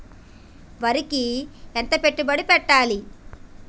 వరికి ఎంత పెట్టుబడి పెట్టాలి?